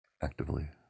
actively